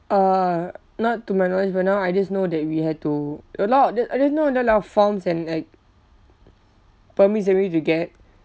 uh not to my knowledge but now I just know that we had to a lot o~ ju~ I just know there a lot of forms and like permits that we need to get